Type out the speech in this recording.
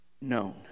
known